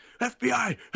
FBI